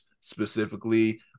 specifically